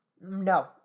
No